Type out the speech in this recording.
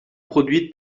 produite